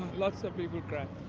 lots of people cried.